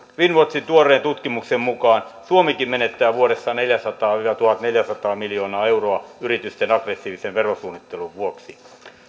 finnwatchin tuoreen tutkimuksen mukaan suomikin menettää vuodessa neljäsataa viiva tuhatneljäsataa miljoonaa euroa yritysten aggressiivisen verosuunnittelun vuoksi